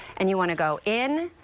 and you want to go in.